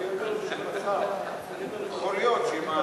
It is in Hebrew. יכול להיות שאם,